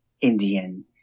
Indian